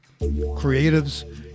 creatives